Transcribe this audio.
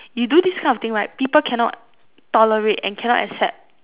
you do this kind of things right people cannot tolerate and cannot accept